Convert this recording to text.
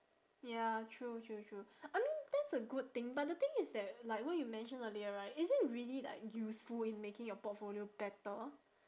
ya true true true I mean that's a good thing but the thing is that like what you mentioned earlier right is it really like useful in making your portfolio better